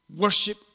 Worship